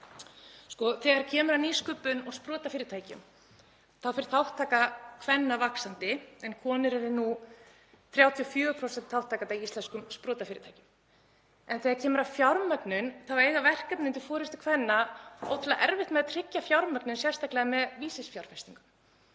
með. Þegar kemur að nýsköpun og sprotafyrirtækjum fer þátttaka kvenna vaxandi en konur eru nú 34% þátttakenda í íslenskum sprotafyrirtækjum. En þegar kemur að fjármögnun þá eiga verkefni undir forystu kvenna ótrúlega erfitt með að tryggja fjármögnun, sérstaklega með vísifjárfestingum.